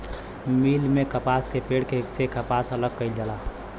मिल में कपास के पेड़ से कपास अलग कईल जाला